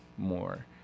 more